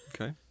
Okay